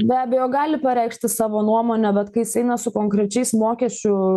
be abejo gali pareikšti savo nuomonę bet kai jis eina su konkrečiais mokesčių